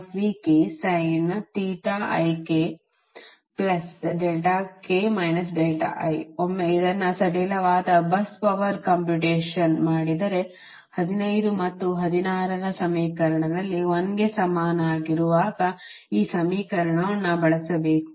ಅಂತೆಯೇ ಒಮ್ಮೆ ಇದನ್ನು ಸಡಿಲವಾದ bus ಪವರ್ ಕಂಪ್ಯೂಟೇಶನ್ ಮಾಡಿದರೆ 15 ಮತ್ತು 16 ರ ಸಮೀಕರಣದಲ್ಲಿ 1 ಕ್ಕೆ ಸಮನಾಗಿರುವಾಗ ಈ ಸಮೀಕರಣವನ್ನು ಬಳಸಬೇಕು